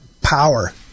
power